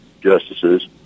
justices